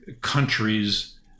countries